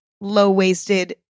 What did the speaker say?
low-waisted